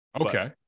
Okay